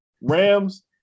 Rams